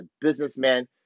businessman